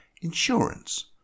insurance